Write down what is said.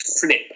Flip